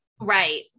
right